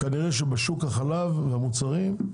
כנראה שבשוק החלב ומוצרי החלב,